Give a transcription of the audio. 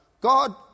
God